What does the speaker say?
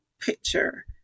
picture